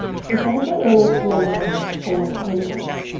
she says that you'll need to memorise four tables.